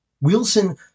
Wilson